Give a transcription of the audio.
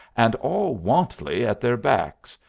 and all wantley at their backs,